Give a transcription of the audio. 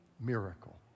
miracle